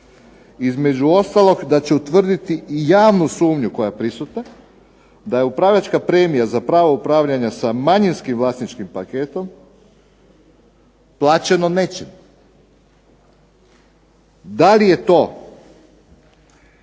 Između ostalog da će utvrditi i javnu sumnju koja je prisutna da je upravljačka premija za pravo upravljanja sa manjinskim vlasničkim paketom plaćeno nečim. Da li je to